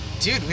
Dude